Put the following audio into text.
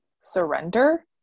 surrender